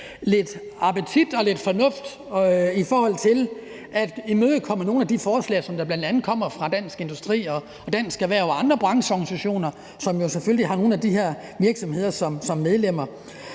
lidt appetit på og lidt fornuft i forhold til at imødekomme nogle af de forslag, som bl.a. kommer fra Dansk Industri, Dansk Erhverv og andre brancheorganisationer, som jo selvfølgelig har nogle af de her virksomheder som medlemmer.